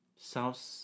South